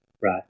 Right